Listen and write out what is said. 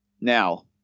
now